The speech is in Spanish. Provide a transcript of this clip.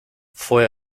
fue